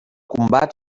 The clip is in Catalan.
combat